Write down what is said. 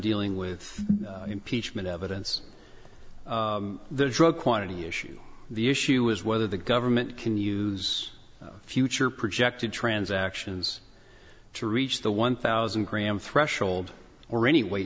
dealing with impeachment evidence the drug quantity issue the issue is whether the government can use future projected transactions to reach the one thousand gram threshold or any w